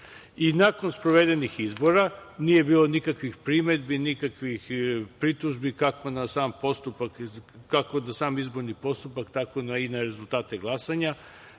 VSS.Nakon sprovedenih izbora nije bilo nikakvih primedbi, nikakvih pritužbi kako na sam izborni postupak, tako i na rezultate glasanja.